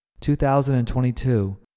2022